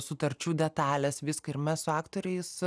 sutarčių detalės viską ir mes su aktoriais